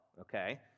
okay